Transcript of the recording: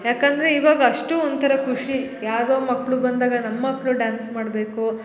ಯಾಕಂದರೆ ಇವಾಗ ಅಷ್ಟೂ ಒಂಥರ ಖುಷಿ ಯಾವುದೋ ಮಕ್ಳು ಬಂದಾಗ ನಮ್ಮ ಮಕ್ಕಳು ಡಾನ್ಸ್ ಮಾಡಬೇಕು